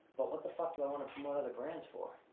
but what the fuck do i wanna promote other brands for?